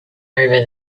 over